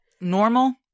normal